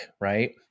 right